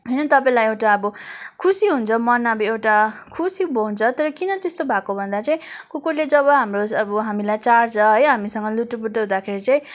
होइन तपाईँलाई एउटा अब खुसी हुन्छ मन अब एउटा खुसी हुन्छ तर किन त्यस्तो भएको भन्दा चाहिँ कुकुरले जब हाम्रो अब हामीलाई चाट्छ है हामीसँग लुटुपुटु हुँदाखेरि चाहिँ